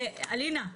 אלינה,